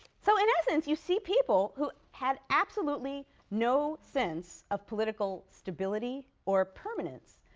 so in essence, you see people who had absolutely no sense of political stability or permanence,